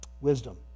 Wisdom